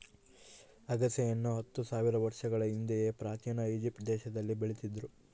ಅಗಸೆಯನ್ನು ಹತ್ತು ಸಾವಿರ ವರ್ಷಗಳ ಹಿಂದೆಯೇ ಪ್ರಾಚೀನ ಈಜಿಪ್ಟ್ ದೇಶದಲ್ಲಿ ಬೆಳೀತಿದ್ರು